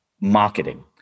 marketing